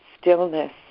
stillness